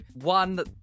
one